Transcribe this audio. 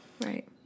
right